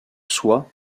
soi